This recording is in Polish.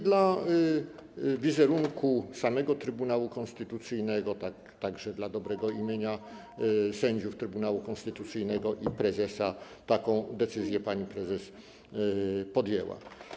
Dla wizerunku samego Trybunału Konstytucyjnego, także dla dobrego imienia sędziów Trybunału Konstytucyjnego i prezesa, taką decyzję pani prezes podjęła.